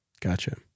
Gotcha